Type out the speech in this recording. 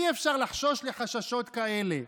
אי-אפשר לחשוש חששות כאלה.